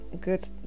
good